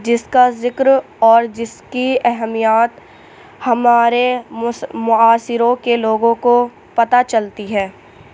جس کا ذکر اور جس کی اہمیت ہمارے معاشروں کے لوگوں کو پتہ چلتی ہے